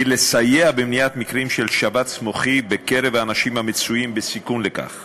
היא לסייע במניעת מקרים של שבץ מוחי בקרב האנשים המצויים בסיכון לכך